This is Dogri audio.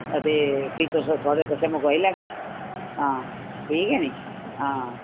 ते फ्ही तुस थोहाड़े कशा मंगोआई लैगे हां ठीक ऐ नि हां